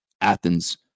Athens